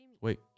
Wait